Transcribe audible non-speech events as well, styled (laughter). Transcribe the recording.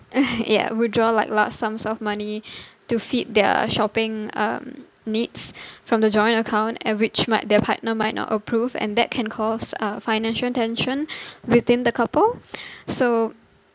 (noise) ya withdraw like large sums of money to feed their shopping um needs from the joint account at which might their partner might not approve and that can cause uh financial tension within the couple so